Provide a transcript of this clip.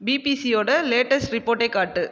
பிபிசியோடைய latest ரிப்போர்ட்டைக் காட்டு